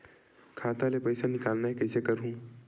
खाता ले पईसा निकालना हे, कइसे करहूं?